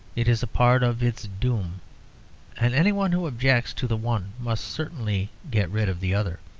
it is a part of its doom and anyone who objects to the one must certainly get rid of the other.